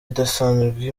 idasanzwe